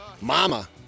Mama